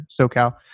SoCal